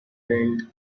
tailed